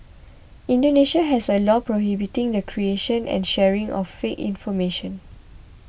Indonesia has a law prohibiting the creation and sharing of fake information